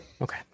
Okay